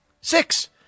Six